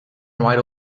right